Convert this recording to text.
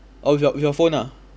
oh with your with your phone ah